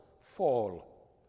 fall